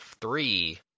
Three